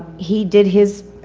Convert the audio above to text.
he did his,